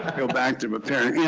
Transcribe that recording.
go back to preparing.